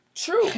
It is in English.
True